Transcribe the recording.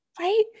Right